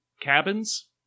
cabins